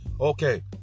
okay